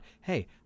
hey